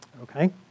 Okay